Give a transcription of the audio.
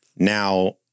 Now